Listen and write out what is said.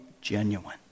genuine